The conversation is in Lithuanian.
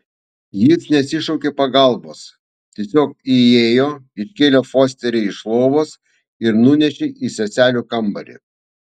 jis nesišaukė pagalbos tiesiog įėjo iškėlė fosterį iš lovos ir nunešė į seselių kambarį